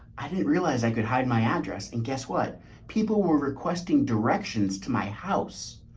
i didn't realize i could hide my address and guess what people were requesting directions to my house.